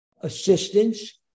assistance